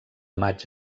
maig